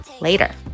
later